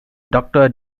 doctor